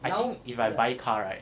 now if I buy car right